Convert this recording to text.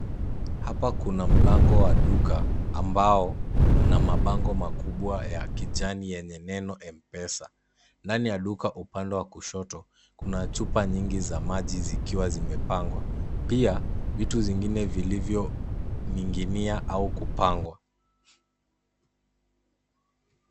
Hapa kuna mlango wa duka ambao una mabango makubwa ya kijani yenye neno M-Pesa. Ndani ya duka upande wa kushoto kuna chupa nyingi za maji zikiwa zimepangwa. Pia vitu zingine vilivyoning'inia au kupangwa.